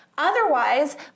Otherwise